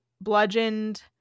bludgeoned